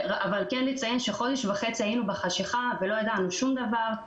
אבל חודש וחצי היינו בחשכה ולא ידענו שום דבר.